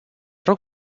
rog